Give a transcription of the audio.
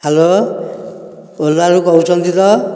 hello କୋଦାଳୁ କହୁଛନ୍ତି ତ